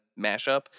mashup